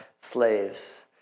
slaves